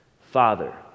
Father